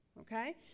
okay